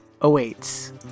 awaits